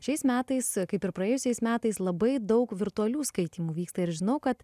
šiais metais kaip ir praėjusiais metais labai daug virtualių skaitymų vyksta ir žinau kad